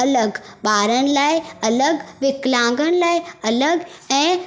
अलॻि ॿारनि लाइ अलॻि विकलांगनि लाइ अलॻि ऐं